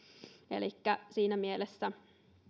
elikkä siinä mielessä